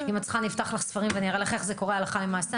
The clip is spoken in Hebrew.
אם את צריכה נפתח לך ספרים ואני אראה לך איך זה קורה הלכה למעשה.